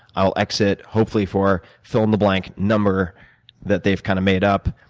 i'll exit, hopefully for, fill in the blank number that they've kind of made up,